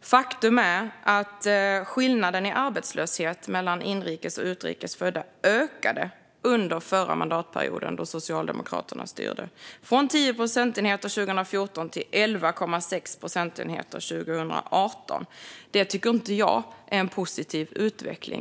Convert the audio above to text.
Faktum är att skillnaden i arbetslöshet mellan inrikes och utrikes födda ökade under förra mandatperioden då Socialdemokraterna styrde, från 10 procentenheter 2014 till 11,6 procentenheter 2018. Det tycker inte jag är en positiv utveckling.